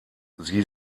sie